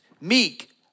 meek